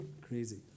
Crazy